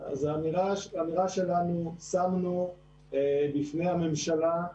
אמירה שלנו שמנו בפני הממשלה,